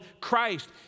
Christ